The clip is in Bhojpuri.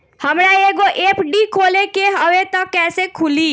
हमरा एगो एफ.डी खोले के हवे त कैसे खुली?